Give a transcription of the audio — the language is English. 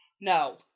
No